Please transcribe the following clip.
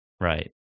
Right